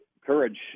Courage